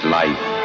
life